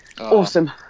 Awesome